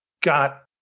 got